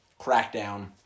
Crackdown